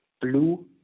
blue